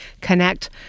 connect